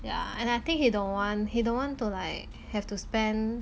yeah and I think he don't want he don't want to like have to spend